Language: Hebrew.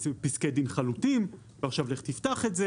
וזה פסקי דין חלוטים ועכשיו לך תפתח את זה